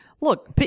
Look